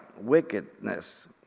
wickedness